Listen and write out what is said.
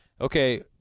okay